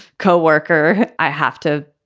coworker, i have to.